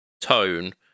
tone